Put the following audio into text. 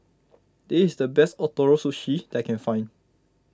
this is the best Ootoro Sushi I can find